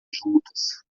juntas